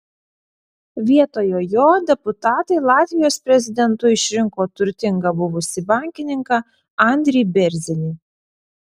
vietoje jo deputatai latvijos prezidentu išrinko turtingą buvusį bankininką andrį bėrzinį